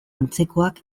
antzekoak